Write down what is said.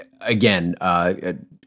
again